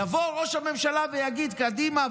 יבוא ראש הממשלה ויגיד: קדימה,